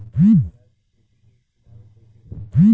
अरहर के खेत के चुनाव कईसे करी?